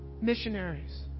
missionaries